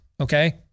Okay